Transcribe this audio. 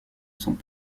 sont